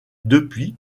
depuis